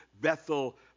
Bethel